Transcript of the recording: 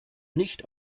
nicht